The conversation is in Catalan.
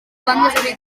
bandes